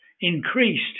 increased